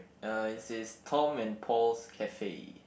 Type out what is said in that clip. uh it says Tom and Paul's Cafe